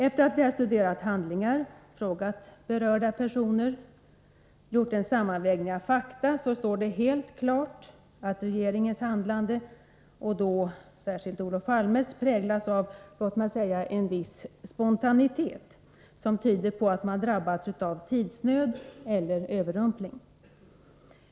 Efter det att vi har studerat handlingar, frågat berörda personer och gjort en sammanvägning av fakta står det helt klart att regeringens handlande, och då särskilt Olof Palmes, präglas av låt mig säga en viss spontanitet som tyder på att man drabbats av tidsnöd eller överrumpling.